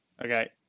Okay